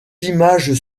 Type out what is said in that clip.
images